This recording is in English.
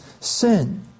sin